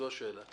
זו השאלה.